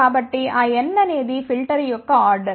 కాబట్టి ఆ n అనేది ఫిల్టర్ యొక్క క్రమం